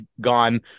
gone